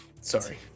Sorry